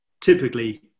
typically